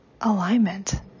alignment